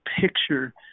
picture